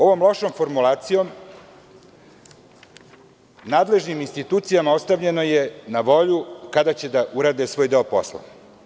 Ovom lošom formulacijom nadležnim institucijama ostavljeno je na volju kada će da urade svoj deo posla.